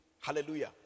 Hallelujah